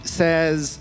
says